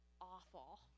awful